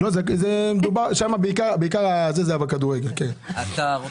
רואה לשאול על שנה ספציפית?